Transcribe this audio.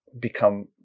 become